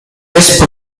lisp